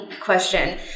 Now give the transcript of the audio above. question